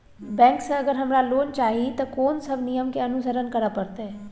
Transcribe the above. Bank से अगर हमरा लोन चाही ते कोन सब नियम के अनुसरण करे परतै?